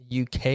UK